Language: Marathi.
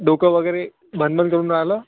डोकं वगैरे भणभण करून राहिलं